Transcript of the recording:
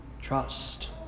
Trust